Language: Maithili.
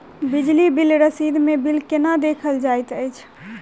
बिजली बिल रसीद मे बिल केना देखल जाइत अछि?